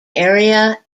area